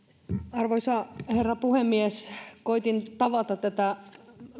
arvoisa herra puhemies koetin tavata tätä